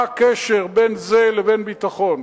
מה הקשר בין זה לבין ביטחון?